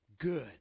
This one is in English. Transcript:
good